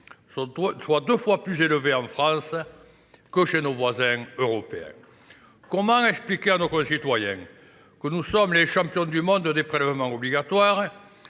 soient deux fois plus élevés en France que chez nos voisins européens. Comment expliquer à nos concitoyens que nous sommes les champions du monde de déprélevements obligatoires,